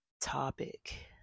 topic